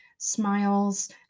smiles